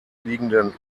liegenden